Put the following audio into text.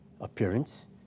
appearance